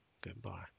Goodbye